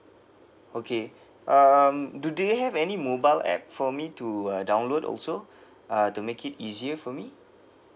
okay um do they have any mobile app for me to uh download also uh to make it easier for me